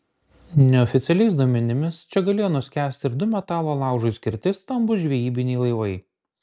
neoficialiais duomenimis čia galėjo nuskęsti ir du metalo laužui skirti stambūs žvejybiniai laivai